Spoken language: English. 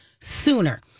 sooner